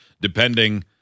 depending